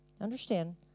Understand